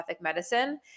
medicine